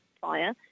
fire